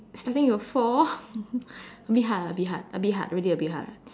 starting to fall a bit hard lah a bit hard a bit hard really a bit hard